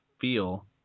feel